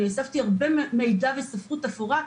אספתי הרבה מידע וספרות אפורה,